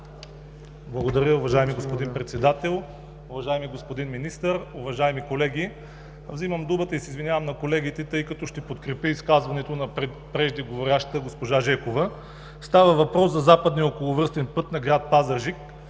Благодаря, уважаеми господин Председател. Уважаеми господин Министър, уважаеми колеги! Взимам думата и се извинявам на колегите, тъй като ще подкрепя изказването на преждеговорившата госпожа Жекова. Става въпрос за Западния околовръстен път на гр. Пазарджик